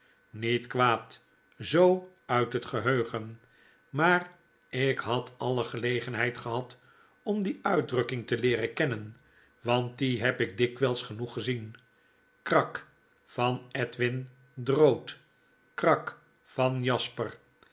niet kwaad zoo uit het geheugen maar ik had alle gelegenheid gehad om die uitdrukking te leeren kennen want die heb ik dikwyls genoeg gezien itrak van edwin drood krak van jasper